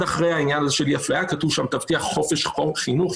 מיד אחרי העניין של אי-אפליה כתוב שם: תבטיח חופש חינוך,